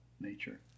nature